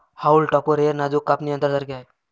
haulm topper हे नाजूक कापणी यंत्रासारखे आहे